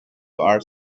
our